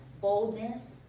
boldness